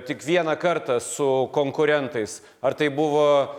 tik vieną kartą su konkurentais ar tai buvo